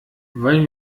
wollen